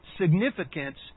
significance